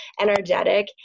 energetic